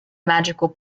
magical